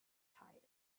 tired